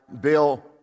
Bill